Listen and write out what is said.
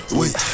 wait